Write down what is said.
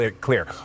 clear